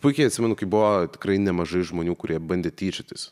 puikiai atsimenu kaip buvo tikrai nemažai žmonių kurie bandė tyčiotis